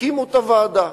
הקימו את הוועדה.